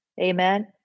Amen